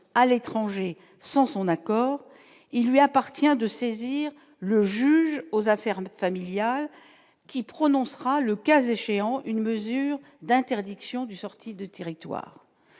à l'étranger sans son accord, il lui appartient de saisir le juge aux affaires ne familial qui prononcera le cas échéant, une mesure d'interdiction du sortie de territoire